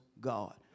God